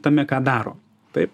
tame ką daro taip